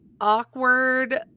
awkward